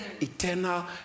eternal